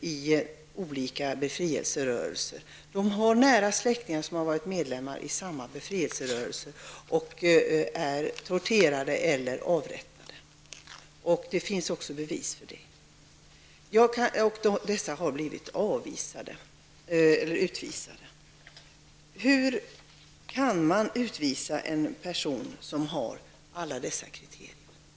i olika befrielserörelser, och de har nära släktingar som har varit medlemmar i samma befrielserörelser och som torterats eller avrättats. Det finns också bevis för detta. De har ändå blivit utvisade. Hur kan man utvisa en person som uppfyller alla dessa kriterier?